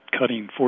cutting